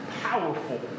powerful